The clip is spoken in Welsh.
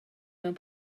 mewn